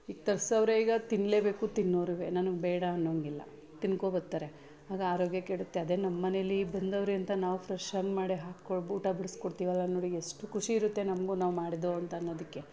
ಈಗ ತರಿಸವ್ರೆ ಈಗ ತಿನ್ನಲೇಬೇಕು ತಿನ್ನೋವ್ರು ನನಗೆ ಬೇಡ ಅನ್ನೋಂಗಿಲ್ಲ ತಿನ್ಕೋ ಬತ್ತಾರೆ ಆಗ ಆರೋಗ್ಯ ಕೆಡುತ್ತೆ ಅದೇ ನಮ್ಮನೇಲಿ ಬಂದವ್ರೆ ಅಂತ ನಾವು ಫ್ರೆಶ್ಶಾಗಿ ಮಾಡಿ ಹಾಕ್ಕೊ ಊಟ ಬಡಿಸ್ಕೊಡ್ತೀವಲ್ಲ ನೋಡಿ ಎಷ್ಟು ಖುಷಿ ಇರುತ್ತೆ ನಮಗೂ ನಾವು ಮಾಡಿದ್ದೋ ಅಂತ ಅನ್ನೋದಕ್ಕೆ